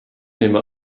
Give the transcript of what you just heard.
nehme